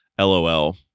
LOL